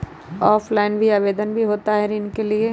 Offline भी आवेदन भी होता है ऋण के लिए?